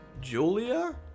julia